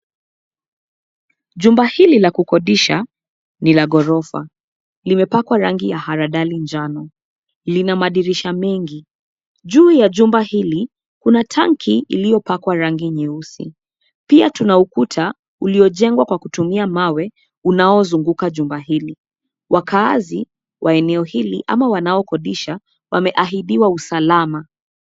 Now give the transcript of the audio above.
Jumba hili la kukodisha ni la ghorofa limepakwa rangi ya haladali njano, lina madirisha mengi. Juu ya jumba hili kuna tanki iliyo pakwa rangi nyeusi pia tuna ukuta ulio jengwa kwa kutumia mawe unao zunguka jumba hili. Wakaazi wa eneo hili ama wanao kodisha wameahidiwa usalama.